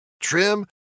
trim